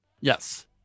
yes